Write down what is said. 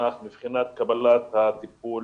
מוזנח מבחינת קבלת הטיפול